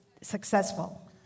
successful